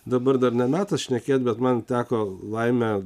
dabar dar ne metas šnekėt bet man teko laimė